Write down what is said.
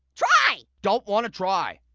try! dont wanna try.